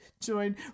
join